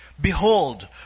Behold